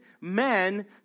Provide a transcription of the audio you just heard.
men